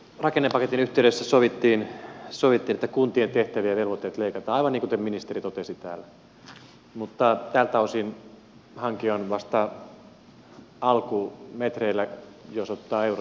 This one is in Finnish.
rakennepaketin yhteydessä sovittiin että kuntien tehtäviä ja velvoitteita leikataan aivan kuten ministeri totesi täällä mutta tältä osin hanke on vasta alkumetreillä jos ottaa eurot huomioon